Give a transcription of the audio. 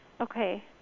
Okay